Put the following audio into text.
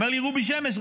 אומר לי רובי שמש,